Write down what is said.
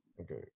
Okay